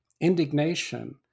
indignation